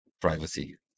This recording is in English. privacy